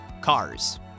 cars